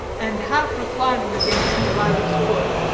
and, half reclining against the ladder's foot,